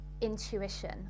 intuition